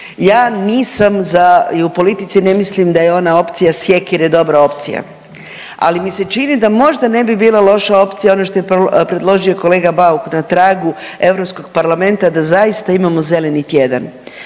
Ja nisam za i u politici ne mislim da je ona opcija sjekire dobra opcija, ali mi se čini da možda ne bi bila loša opcija ono što je predložio i kolega Bauk na tragu Europskog parlamenta da zaista imamo zeleni tjedan